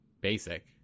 basic